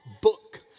book